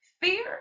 Fear